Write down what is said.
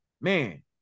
Man